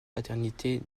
paternité